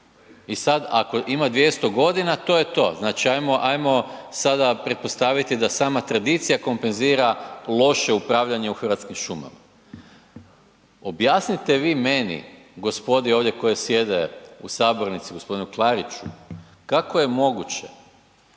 I sad ako ima 200 g., to je to. znači ajmo sada pretpostaviti da sama tradicija kompenzira loše upravljanje u Hrvatskim šumama. Objasnite vi meni i gospodi ovdje koja sjede u sabornici, g. Klariću, kako je moguće